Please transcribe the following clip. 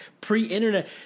pre-internet